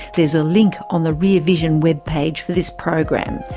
there's a link on the rear vision web page for this program.